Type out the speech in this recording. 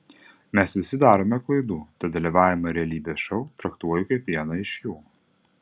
mes visi darome klaidų tad dalyvavimą realybės šou traktuoju kaip vieną iš jų